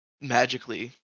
magically